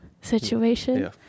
situation